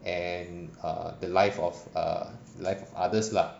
and err the life of err life of others lah